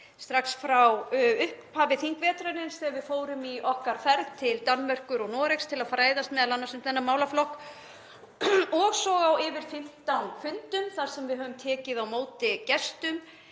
strax frá upphafi þingvetrarins, þegar við fórum í okkar ferð til Danmerkur og Noregs til að fræðast m.a. um þennan málaflokk, og svo á yfir 15 fundum þar sem við höfum tekið á móti gestum.